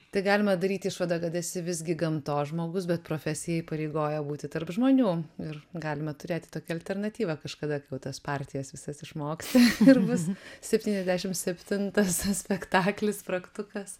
tai galima daryt išvadą kad esi visgi gamtos žmogus bet profesija įpareigoja būti tarp žmonių ir galime turėti tokią alternatyvą kažkada kai jau tas partijas visas išmoksi ir bus septyniasdešim septintas spektaklis spragtukas